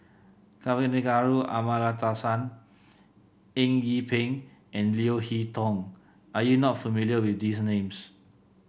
Kavignareru Amallathasan Eng Yee Peng and Leo Hee Tong are you not familiar with these names